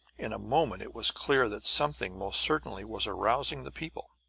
in a moment it was clear that something most certainly was arousing the people.